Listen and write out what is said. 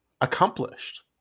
accomplished